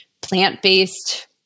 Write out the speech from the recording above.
plant-based